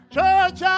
Church